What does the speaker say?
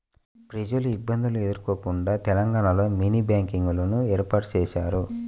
ప్రజలు ఇబ్బందులు ఎదుర్కోకుండా తెలంగాణలో మినీ బ్యాంకింగ్ లను ఏర్పాటు చేశారు